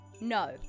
no